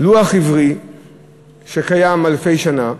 לוח עברי שקיים אלפי שנה,